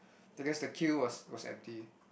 because the queue was was empty